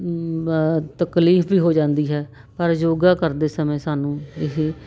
ਤਕਲੀਫ ਵੀ ਹੋ ਜਾਂਦੀ ਹੈ ਪਰ ਯੋਗਾ ਕਰਦੇ ਸਮੇਂ ਸਾਨੂੰ ਇਹ